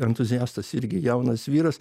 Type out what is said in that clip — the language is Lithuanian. entuziastas irgi jaunas vyras